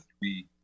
three